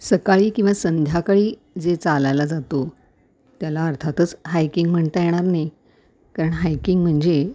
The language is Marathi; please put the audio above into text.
सकाळी किंवा संध्याकाळी जे चालायला जातो त्याला अर्थातच हायकिंग म्हणता येणार नाही कारण हायकिंग म्हणजे